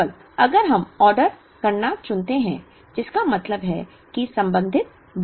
केवल अगर हम ऑर्डर करना चुनते हैं जिसका मतलब है कि संबंधित Y i होना है